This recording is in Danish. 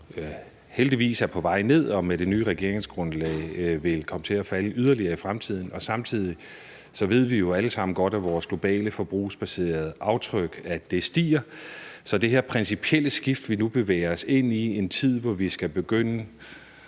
heldigvis er på vej ned og med det nye regeringsgrundlag vil komme til at falde yderligere i fremtiden. Samtidig ved vi jo alle sammen godt, at vores globale forbrugsbaserede aftryk stiger, så det her principielle skift, vi nu bevæger os ind i, i en tid, hvor vi skal begynde